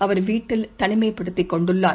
அவர் வீட்டில் தனிமைப்படுத்திக் கொண்டுள்ளார்